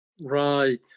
Right